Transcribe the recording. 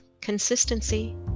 consistency